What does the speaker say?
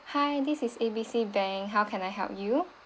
hi this is A B C bank how can I help you